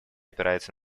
опирается